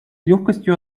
легкостью